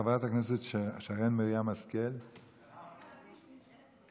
חברת הכנסת שרן מרים השכל, איננה,